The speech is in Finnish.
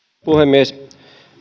puhemies